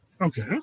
Okay